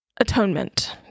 atonement